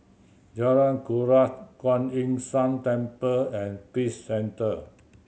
Jalan Kuras Kuan Yin San Temple and Peace Centre